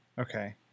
okay